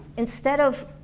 instead of